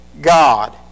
God